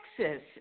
texas